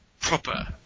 proper